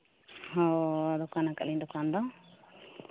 ᱦᱮᱸ ᱫᱚᱠᱟᱱ ᱠᱟᱜ ᱞᱤᱧ ᱫᱚᱠᱟᱱ ᱫᱚ